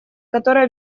которая